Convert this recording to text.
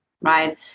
right